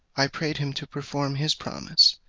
i prayed him to perform his promise,